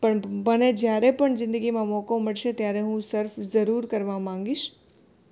પણ મને જ્યારે પણ જિંદગીમાં મોકો મળશે ત્યારે હું સર્ફ જરૂર કરવા માગીશ